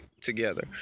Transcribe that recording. together